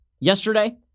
Yesterday